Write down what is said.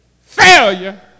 failure